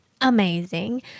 Amazing